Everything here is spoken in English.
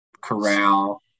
Corral